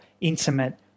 intimate